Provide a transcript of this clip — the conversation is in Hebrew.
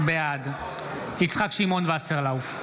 בעד יצחק שמעון וסרלאוף,